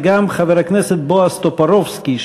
גם חבר הכנסת בועז טופורובסקי,